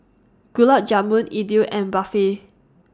Gulab Jamun Idili and Barfi